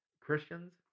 Christians